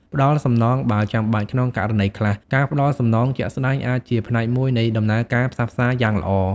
ផ្តល់សំណងបើចាំបាច់ ក្នុងករណីខ្លះ ការផ្តល់សំណងជាក់ស្តែងអាចជាផ្នែកមួយនៃដំណើរការផ្សះផ្សាយ៉ាងល្អ។